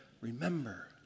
remember